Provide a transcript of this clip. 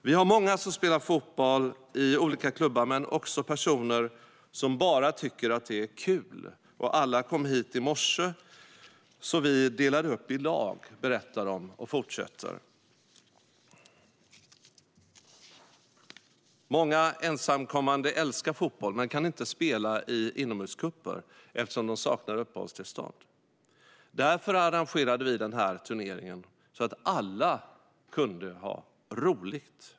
Vi har många som spelar fotboll i olika klubbar men också personer som bara tycker det är kul. Alla kom hit i morse, så vi delade upp i lag, berättar de och fortsätter: Många ensamkommande älskar fotboll men kan inte spela i inomhuscuper eftersom de saknar uppehållstillstånd. Därför arrangerade vi den här turneringen, så att alla kunde ha roligt.